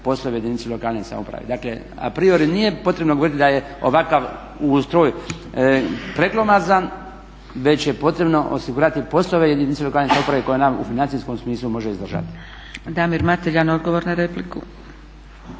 poslove jedinice lokalne samouprave. Dakle, a priori nije potrebno govoriti da je ovakav ustroj preglomazan, već je potrebno osigurati poslove i jedinice lokalne samouprave koje ona u financijskom smislu može izdržati. **Zgrebec, Dragica (SDP)** Damir Mateljan, odgovor na repliku.